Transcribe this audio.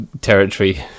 territory